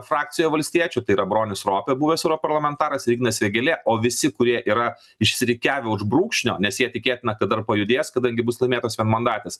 frakcijoj valstiečių tai yra bronis ropė buvęs europarlamentaras ir ignas vėgėlė o visi kurie yra išsirikiavę už brūkšnio nes jie tikėtina kad dar pajudės kadangi bus laimėtos vienmandatės